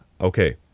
Okay